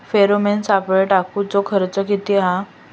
Pheromone सापळे टाकूचो खर्च किती हा?